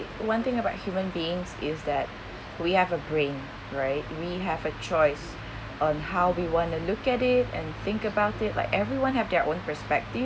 one thing about human beings is that we have a brain right we have a choice on how we want to look at it and think about it like everyone have their own perspective